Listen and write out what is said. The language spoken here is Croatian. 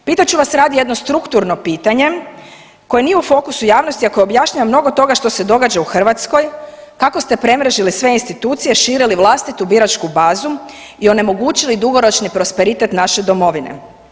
Pitat ću vas radije jedno strukturno pitanje koje nije u fokusu javnosti, a koje objašnjava mnogo toga što se događa u Hrvatskoj kako ste premrežili sve institucije, širili vlastitu biračku bazu i onemogućili dugoročni prosperitet naše domovine.